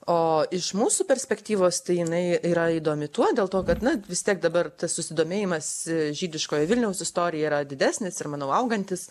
o iš mūsų perspektyvos tai jinai yra įdomi tuo dėl to kad na vis tiek dabar tas susidomėjimas žydiškojo vilniaus istorija yra didesnis ir manau augantis